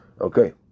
okay